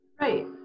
Right